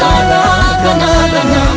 no no no no n